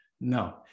No